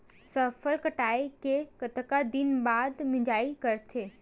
फसल कटाई के कतका दिन बाद मिजाई करथे?